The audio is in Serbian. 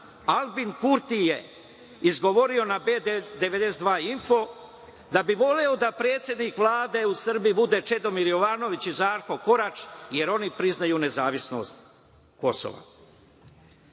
Albin Kurti je izgovorio na B92 Info da bi voleo da predsednik Vlade u Srbiji bude Čedomir Jovanović i Žarko Korać, jer oni priznaju nezavisnost Kosova. Dalje,